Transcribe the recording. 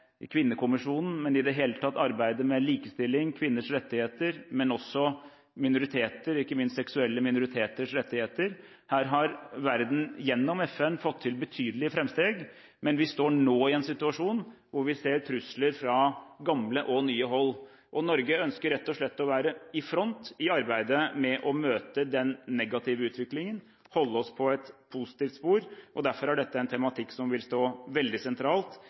Kvinnekommisjonen – i det hele tatt arbeidet med likestilling og kvinners rettigheter – men også med minoriteter, ikke minst seksuelle minoriteters rettigheter. Her har verden gjennom FN gjort betydelige framskritt, men vi står nå i en situasjon hvor vi ser trusler fra gamle og fra nye hold. Norge ønsker rett og slett å være i front i arbeidet med å møte den negative utviklingen og holde oss på et positivt spor. Derfor er dette en tematikk som vil stå veldig sentralt